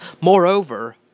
Moreover